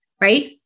Right